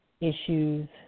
issues